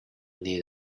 near